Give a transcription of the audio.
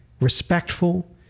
respectful